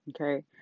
okay